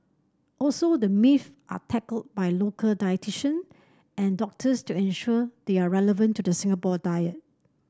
also the myths are tackled by local dietitians and doctors to ensure they are relevant to the Singapore diet